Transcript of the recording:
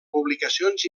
publicacions